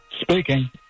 Speaking